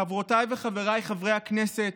חברותיי וחבריי חברי הכנסת,